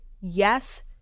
yes